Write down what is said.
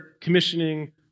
commissioning